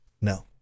No